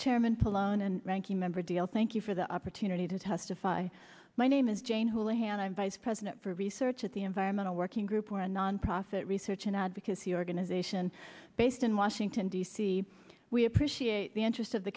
loan and ranking member deal thank you for the opportunity to testify my name is jane houlihan i'm vice president for research at the environmental working group or a nonprofit research and advocacy organization based in washington d c we appreciate the interest of the